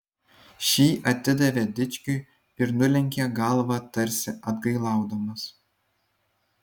šį atidavė dičkiui ir nulenkė galvą tarsi atgailaudamas